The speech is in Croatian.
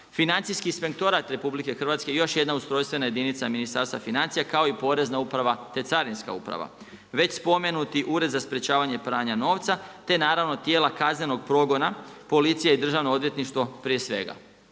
Financijski inspektorat RH, još jedna ustrojstvena jedinica Ministarstva financija kao i Porezna uprava te Carinska uprava, već spomenuti Ured za sprečavanje pranja novca te naravno, tijela kaznenog progona, policija i Državno odvjetništvo prije svega.